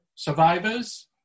survivors